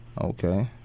Okay